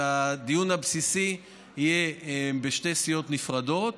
שהדיון הבסיסי יהיה בשתי סיעות נפרדות,